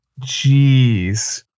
Jeez